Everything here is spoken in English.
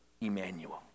Emmanuel